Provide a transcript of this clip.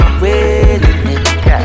waiting